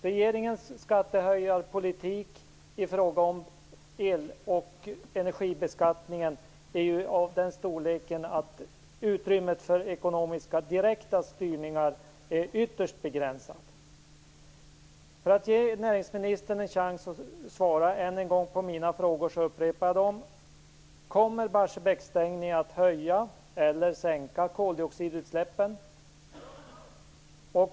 Regeringens skattehöjarpolitik i fråga om el och energibeskattningen är ju av den storleken att utrymmet för ekonomiska direkta styrningar är ytterst begränsat. För att än en gång ge näringsministern en chans att svara på mina frågor upprepar jag dem. För det första: Kommer Barsebäcksstängningen att höja eller sänka koldioxidutsläppen?